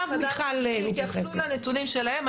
השומר החדש שיתייחסו לנתונים שלהם.